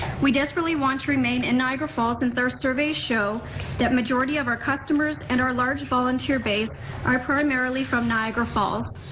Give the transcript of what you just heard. we desperately want to remain in niagara falls since our surveys show that majority of our customers and our large volunteer base are primarily from niagara falls.